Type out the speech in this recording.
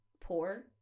poor